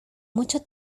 mucho